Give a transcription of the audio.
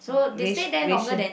wei-sh wei-sh~ wei-sheng